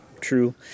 True